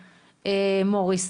מוריס,